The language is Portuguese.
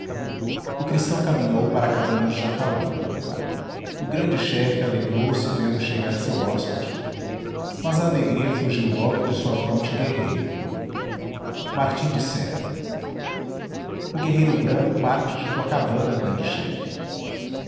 o cristão caminhou para a cabana de jacaúna o grande chefe alegrou-se vendo chegar seu hóspede mas a alegria fugiu logo de sua fronte guerreira martim dissera o guerreiro branco parte de tua cabana grande chefe